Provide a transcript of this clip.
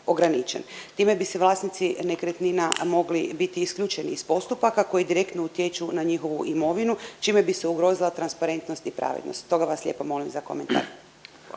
Time bi se vlasnici nekretnina mogli biti isključeni iz postupaka koji direktno utječu na njihovu imovinu čime bi se ugrozila transparentnost i pravednost, stoga vas lijepo molim za komentar.